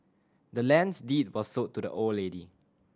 the land's deed was sold to the old lady